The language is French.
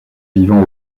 vivant